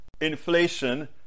inflation